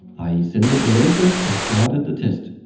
i centered the laser and started the test.